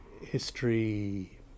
history